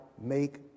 make